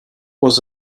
was